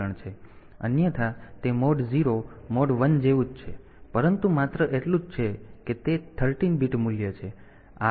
તેથી આ અન્યથા તે મોડ 0 મોડ 1 જેવું જ છે પરંતુ માત્ર એટલું જ છે કે તે 13 બીટ મૂલ્ય છે